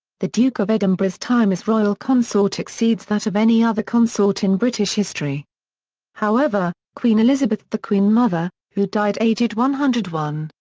the duke of edinburgh's time as royal consort exceeds that of any other consort in british history however, queen elizabeth the queen mother, who died aged one hundred and one,